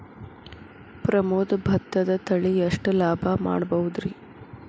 ಪ್ರಮೋದ ಭತ್ತದ ತಳಿ ಎಷ್ಟ ಲಾಭಾ ಮಾಡಬಹುದ್ರಿ?